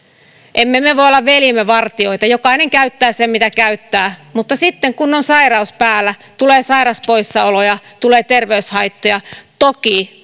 emme me me voi olla veljiemme vartijoita jokainen käyttää sen mitä käyttää mutta sitten kun on sairaus päällä tulee sairauspoissaoloja tulee terveyshaittoja toki